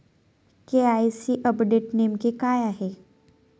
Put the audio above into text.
KYC update नेमके काय आहे?